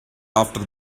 after